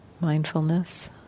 mindfulness